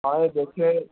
آئیں دیکھیں